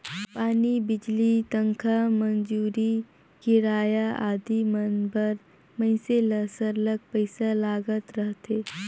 पानी, बिजली, तनखा, मंजूरी, किराया आदि मन बर मइनसे ल सरलग पइसा लागत रहथे